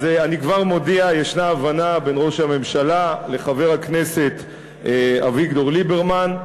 אז אני כבר מודיע שיש הבנה בין ראש הממשלה לחבר הכנסת אביגדור ליברמן,